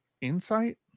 insight